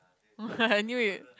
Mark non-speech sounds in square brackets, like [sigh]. [laughs] I knew it